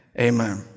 Amen